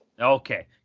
Okay